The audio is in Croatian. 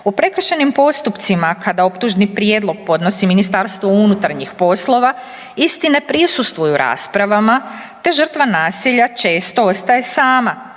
U prekršajnim postupcima kada optužni prijedlog podnosi MUP isti ne prisustvuju raspravama te žrtva nasilja često ostaje sama,